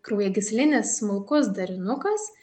kraujagyslinis smulkus darinukas